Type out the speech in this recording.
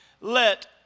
Let